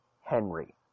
Henry